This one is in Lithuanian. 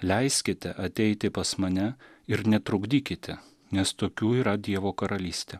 leiskite ateiti pas mane ir netrukdykite nes tokių yra dievo karalystė